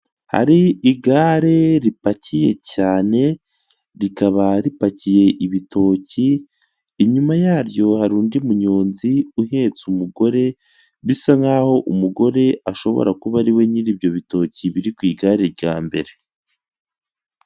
Igare ripakiye cyane rikaba ripakiye ibitoki inyuma yaryo hari undi munyonzi uhetse umugore bisa nkaho uwo umugore ashobora kuba ariwe nyiri ibyo bitoki biri ku igare rya mbere.